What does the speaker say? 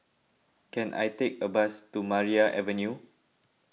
can I take a bus to Maria Avenue